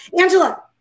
Angela